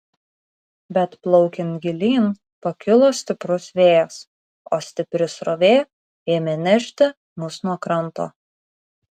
bet plaukiant gilyn pakilo stiprus vėjas o stipri srovė ėmė nešti mus nuo kranto